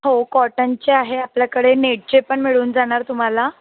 हो कॉटनच्या आहे आपल्याकडे नेटचे पण मिळून जाणार तुम्हाला